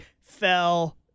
fell